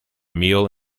meal